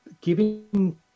giving